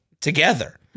together